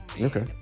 Okay